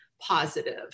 positive